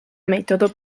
metodo